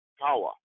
power